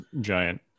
giant